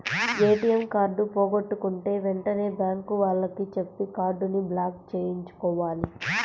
ATM card పోగొట్టుకుంటే వెంటనే bank వాళ్లకి చెప్పి కార్డుని బ్లాక్ చేయించుకోవాలి